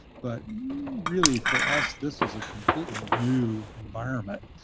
but really for us, this was a completely new environment.